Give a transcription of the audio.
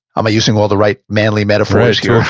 am i using all the right manly metaphors here?